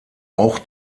auch